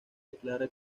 declara